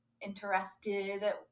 interested